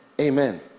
Amen